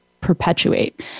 perpetuate